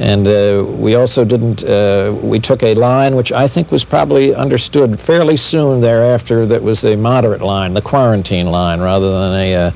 and we also didn't we took a line which i think was probably understood fairly soon thereafter that was a moderate line, the quarantine line, rather than a yeah